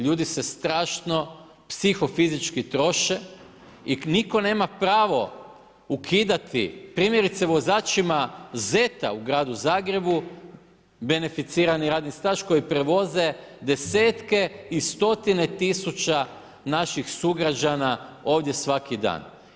Ljudi se strašno psiho-fizički troše i nitko nema pravo ukidati primjerice vozačima ZET-a u gradu Zagrebu beneficirani radni staž koji prevoze desetke i stotine tisuća naših sugrađana ovdje svaki dan.